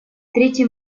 третий